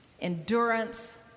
Endurance